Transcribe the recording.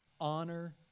honor